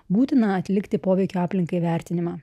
būtina atlikti poveikio aplinkai vertinimą